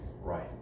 Right